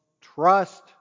trust